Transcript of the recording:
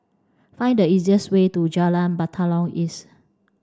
find the fastest way to Jalan Batalong East